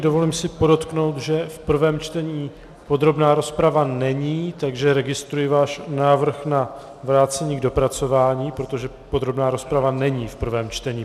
Dovolím si podotknout, že v prvém čtení podrobná rozprava není, takže registruji váš návrh na vrácení k dopracování, protože podrobná rozprava není v prvém čtení.